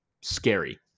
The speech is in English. scary